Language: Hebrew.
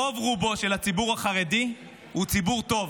רובו של הציבור החרדי הוא ציבור טוב,